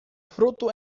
fruto